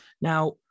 Now